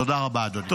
תודה רבה, אדוני.